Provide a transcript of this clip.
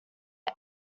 are